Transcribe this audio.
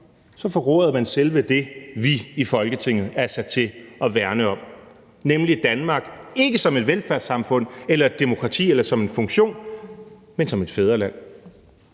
forråder man selve det, vi i Folketinget er sat til at værne om, nemlig Danmark – ikke som et velfærdssamfund eller et demokrati eller som en funktion, men som et fædreland.